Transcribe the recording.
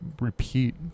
Repeat